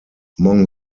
among